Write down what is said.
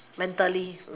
mentally